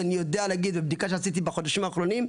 שאני יודע להגיד מבדיקה שעשיתי בחודשים האחרונים,